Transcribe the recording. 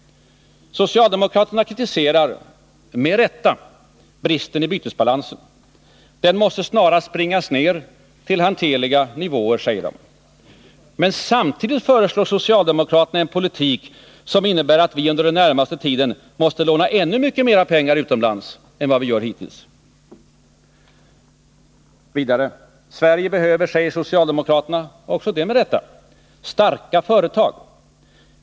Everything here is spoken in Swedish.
Socialdemokraterna kritiserar — med rätta — bristen i bytesbalansen. Den måste snarast bringas ner till hanterliga nivåer, säger de. Men samtidigt föreslår 69 socialdemokraterna en politik som innebär att vi under den närmaste tiden måste låna ännu mycket mera pengar utomlands än vad vi gjort hittills. Vidare: Sverige behöver, säger socialdemokraterna — också det med rätta —, starka företag.